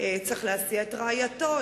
צריך להסיע את רעייתו,